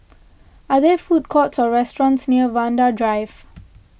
are there food courts or restaurants near Vanda Drive